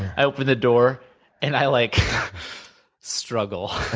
i opened the door and i like struggle,